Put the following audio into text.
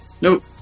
Nope